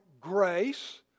grace